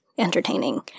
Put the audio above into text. Entertaining